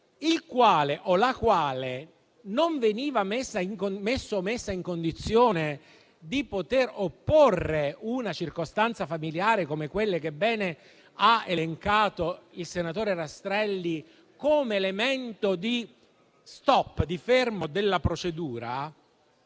il quale o la quale non veniva messo o messa in condizione di poter opporre una circostanza familiare, come quelle che bene ha elencato il senatore Rastrelli come elemento di fermo della procedura.